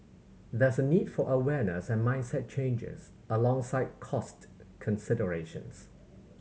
there is a need for awareness and mindset changes alongside cost considerations